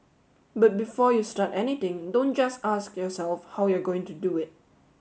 but before you start anything don't just ask yourself how you're going to do it